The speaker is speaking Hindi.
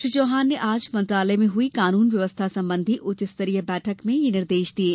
श्री चौहान ने आज मंत्रालय में हुई कानून व्यवस्था संबंधी उच्च स्तरीय बैठक में यह निर्देश दिये